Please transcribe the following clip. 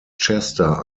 chester